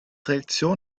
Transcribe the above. reaktion